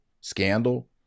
scandal